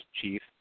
chief